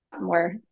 more